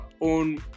own